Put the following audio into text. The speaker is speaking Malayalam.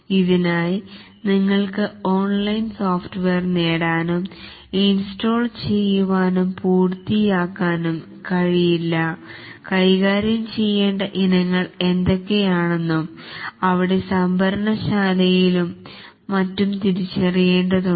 ഇതിനായി നിങ്ങൾക്ക് ഓൺലൈനിൽ സോഫ്റ്റ്വെയർ നേടാനും ഇൻസ്റ്റോൾ ചെയ്യുവാനും പൂർത്തിയാക്കാനും കഴിയില്ല കൈകാര്യം ചെയ്യേണ്ട ഇനങ്ങൾ എന്തൊക്കെയാണെന്നും അവിടെ സംഭരണശാല യും മറ്റും തിരിച്ചറിയേണ്ടതുണ്ട്